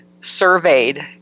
surveyed